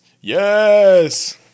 yes